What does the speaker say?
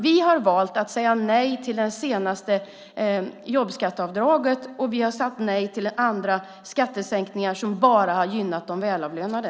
Vi har valt att säga nej till det senaste jobbskatteavdraget, och vi har sagt nej till andra skattesänkningar som bara har gynnat de välavlönade.